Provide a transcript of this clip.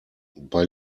bei